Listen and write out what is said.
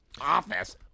office